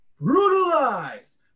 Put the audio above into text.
Brutalized